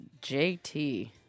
JT